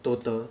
total